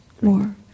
more